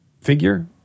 figure